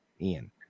Ian